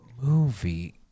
movie